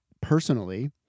personally